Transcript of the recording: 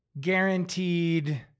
guaranteed